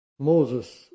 Moses